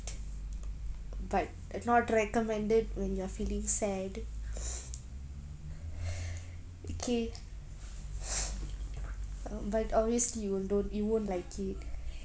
but not recommended when you are feeling sad okay um but obviously you don't you won't like it